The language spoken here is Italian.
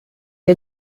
che